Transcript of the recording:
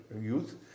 youth